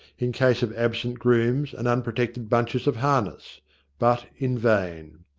in case of absent grooms and unprotected bunches of harness but in vain.